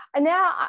now